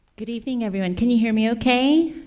good evening, everyone. can you hear me okay?